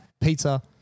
pizza